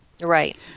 Right